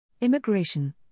Immigration